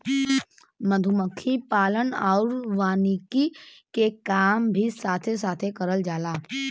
मधुमक्खी पालन आउर वानिकी के काम भी साथे साथे करल जाला